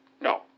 No